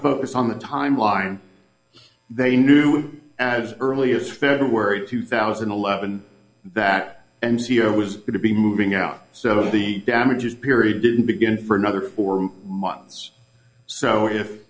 focus on the timeline they knew as early as february two thousand and eleven that and c e o was going to be moving out of the damages period didn't begin for another four months so if